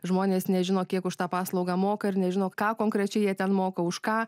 žmonės nežino kiek už tą paslaugą moka ir nežino ką konkrečiai jie ten moka už ką